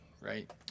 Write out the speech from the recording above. right